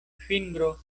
fingro